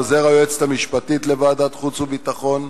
עוזר היועצת המשפטית לוועדת החוץ והביטחון,